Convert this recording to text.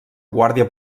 guàrdia